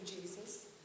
Jesus